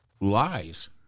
lies